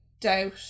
doubt